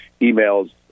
emails